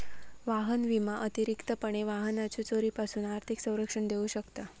वाहन विमा अतिरिक्तपणे वाहनाच्यो चोरीपासून आर्थिक संरक्षण देऊ शकता